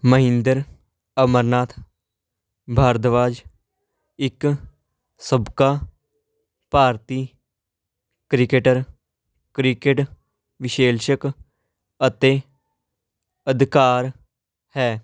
ਮਹਿੰਦਰ ਅਮਰਨਾਥ ਭਾਰਦਵਾਜ਼ ਇੱਕ ਸਾਬਕਾ ਭਾਰਤੀ ਕ੍ਰਿਕਟਰ ਕ੍ਰਿਕਟ ਵਿਸ਼ੇਲਸ਼ਕ ਅਤੇ ਅਧਿਕਾਰ ਹੈ